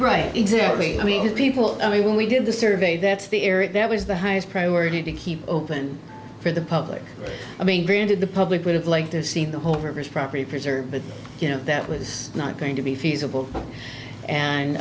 right exactly i mean people i mean when we did the survey that's the area that was the highest priority to keep open for the public i mean granted the public would have liked to see the whole rivers property preserved but you know that was not going to be feasible and